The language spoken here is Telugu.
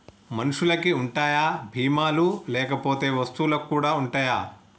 మనుషులకి ఉంటాయా బీమా లు లేకపోతే వస్తువులకు కూడా ఉంటయా?